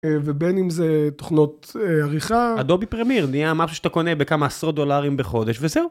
ובין אם זה תוכנות עריכה. אדובי פרמיר, נהיה מה שאתה קונה בכמה עשרות דולרים בחודש וזהו.